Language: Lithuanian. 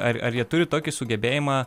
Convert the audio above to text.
ar ar jie turi tokį sugebėjimą